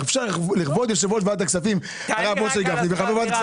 אפשר לכבוד יושב-ראש ועדת הכספים הרב משה גפני וחברי ועדת הכספים.